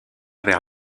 vers